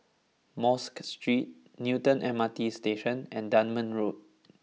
Mosque Street Newton M R T Station and Dunman Road